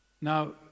Now